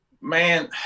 Man –